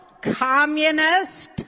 communist